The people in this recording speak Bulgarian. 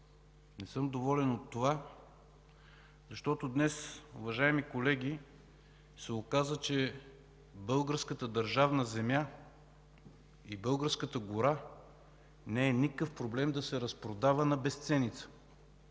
Не съм доволен, защото днес, уважаеми колеги, се оказа, че българската държавна земя и българската гора не е никакъв проблем да се разпродават на безценица.